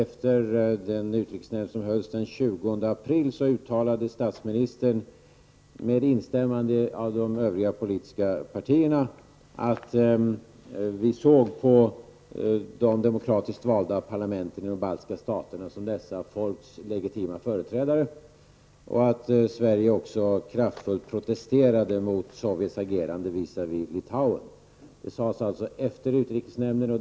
Efter sammanträdet med utrikesnämnden den 20 april uttalade statsministern, med instämmande av de övriga politiska partierna, att vi såg på de demokratiskt valda parlamenten i de baltiska staterna som dessa folks legitima företrädare och att Sverige också kraftfullt protesterade mot Sovjets agerande visavi Litauen. Detta sades alltså efter utrikesnämndens sammanträde.